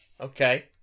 okay